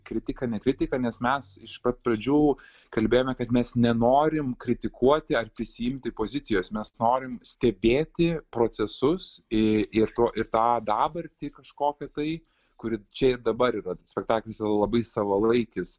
kritika ne kritika nes mes iš pat pradžių kalbėjome kad mes nenorim kritikuoti ar prisiimti pozicijos mes norim stebėti procesus ir tuo ir tą dabartį kažkokią tai kuri čia ir dabar yra spektaklis yra labai savalaikis